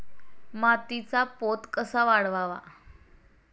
मातीचा पोत कसा वाढवावा?